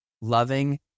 loving